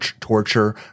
torture